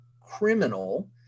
criminal